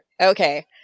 Okay